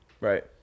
right